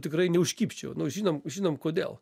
tikrai neužkibčiau nu žinom žinom kodėl